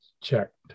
checked